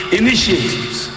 initiatives